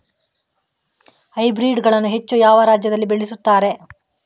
Hybrid ಗಳನ್ನು ಹೆಚ್ಚು ಯಾವ ರಾಜ್ಯದಲ್ಲಿ ಬೆಳೆಯುತ್ತಾರೆ?